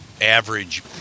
average